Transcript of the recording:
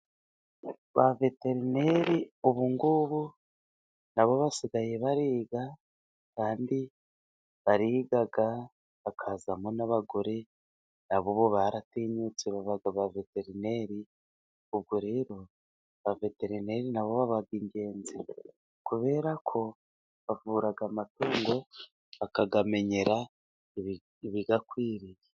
Ba veterineri ubu ngubu na bo basigaye bariga, kandi bariga hakazamo n'abagore, na bo ubu baratinyutse baba ba veterineri. Ubwo rero abaveterineri na bo baba ingenzi kubera ko bavura amatungo bakayamenyera ibiyakwiriye.